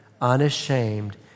unashamed